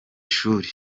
shuri